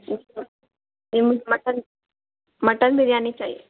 جی مجھے mutton mutton biryani چاہیے